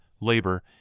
labor